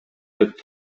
деп